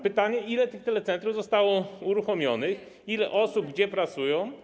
Pytanie, ile tych telecentrów zostało uruchomionych, ile osób, gdzie pracują.